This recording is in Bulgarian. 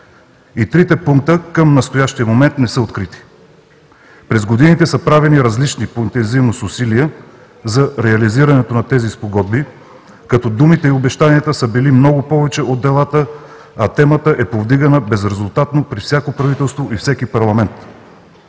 И трите пункта към настоящия момент не са открити. През годините са правени различни съвместни усилия за реализирането на тези спогодби, като думите и обещанията са били много повече от делата, а темата е повдигана безрезултатно при всяко правителство и всеки парламент.